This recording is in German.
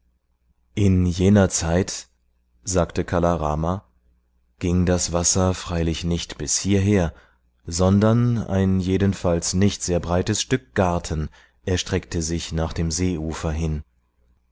in jener zeit sagte kala rama ging das wasser freilich nicht bis hierher sondern ein jedenfalls nicht sehr breites stück garten erstreckte sich nach dem seeufer hin